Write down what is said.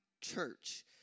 church